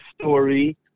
story